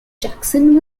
jackson